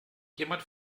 jemand